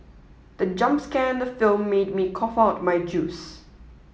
the jump scare the film made me cough out my juice